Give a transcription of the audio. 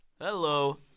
Hello